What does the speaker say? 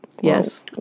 Yes